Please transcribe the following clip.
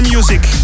Music